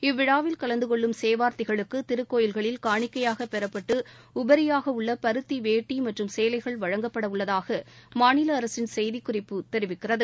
இவ்விழாவில் கலந்து கொள்ளும் சேவார்த்திகளுக்கு திருக்கோயில்களில் காணிக்கையாக பெறப்பட்டு உபரியாக உள்ள பருத்தி வேட்டி மற்றும் சேலைகள் வழங்கப்படவுள்ளதாக மாநில அரசின் செய்திக் குறிப்பு தெரிவிக்கிறது